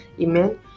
Amen